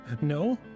no